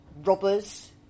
robbers